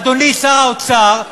אדוני שר האוצר,